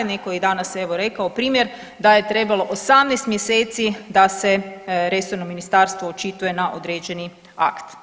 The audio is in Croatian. Neko je i danas evo rekao primjer da je trebalo 18 mjeseci da se resorno ministarstvo očituje na određeni akt.